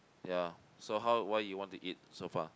ya so how what you want to eat so far